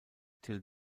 till